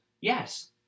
Yes